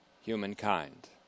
humankind